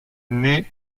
naît